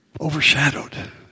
Overshadowed